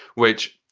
which.